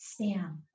spam